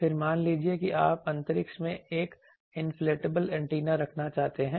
फिर मान लीजिए कि आप अंतरिक्ष में एक इन्फ्लेटेबल एंटीना रखना चाहते हैं